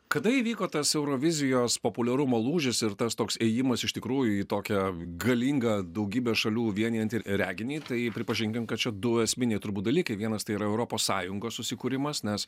kada įvyko tas eurovizijos populiarumo lūžis ir tas toks ėjimas iš tikrųjų į tokią galingą daugybę šalių vienijanti reginį tai pripažinkim kad šie du esminiai turbūt dalykai vienas tai yra europos sąjungos susikūrimas nes